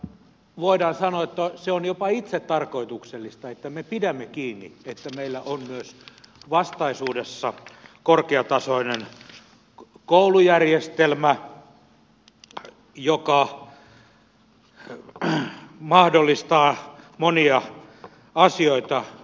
voidaan sanoa että se on jopa itsetarkoituksellista että me pidämme kiinni siitä että meillä on myös vastaisuudessa korkeatasoinen koulujärjestelmä joka mahdollistaa monia asioita